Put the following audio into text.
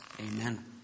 Amen